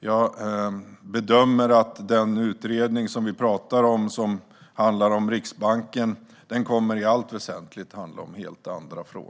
Jag bedömer att denna utredning, som handlar om Riksbanken, i allt väsentligt kommer att gälla helt andra frågor.